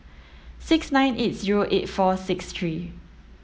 six nine eight zero eight four six three